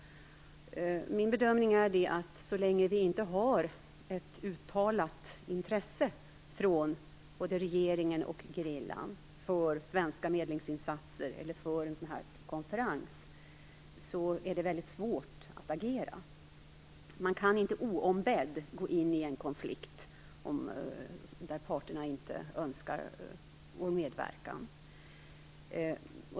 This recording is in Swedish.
Min bedömning är att så länge vi inte har ett uttalat intresse från både regeringen och gerillan för svenska medlingsinsatser eller för en sådan här konferens är det väldigt svårt att agera. Man kan inte oombedd gå in i en konflikt där parterna inte önskar vår medverkan.